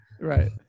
Right